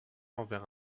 envers